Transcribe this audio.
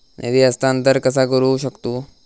निधी हस्तांतर कसा करू शकतू?